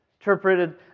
Interpreted